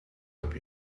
heb